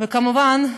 וכמובן,